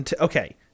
Okay